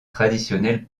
traditionnels